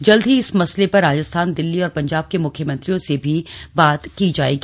जल्द ही इस मसले पर राजस्थान दिल्ली और पंजाब के मुख्यमंत्रियों से भी बात की जाएगी